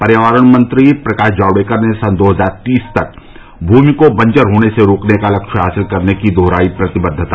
पर्यावरण मंत्री प्रकाश जावड़ेकर ने सन् दो हजार तीस तक भूमि को बंजर होने से रोकने का लक्ष्य हासिल करने की दोहराई प्रतिबद्वता